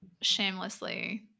shamelessly